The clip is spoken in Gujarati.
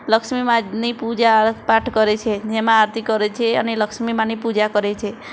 લક્ષ્મી માતની પૂજા પાઠ કરે છે ને એમાં આરતી કરે છે અને લક્ષ્મી માની પૂજા કરે છે